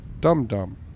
dum-dum